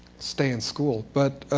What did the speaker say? stay in school. but